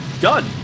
done